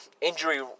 injury